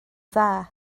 dda